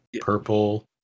purple